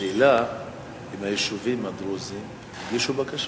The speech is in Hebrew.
השאלה אם היישובים הדרוזיים הגישו בקשות.